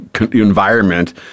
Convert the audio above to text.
environment